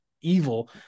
evil